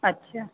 अछा